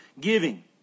giving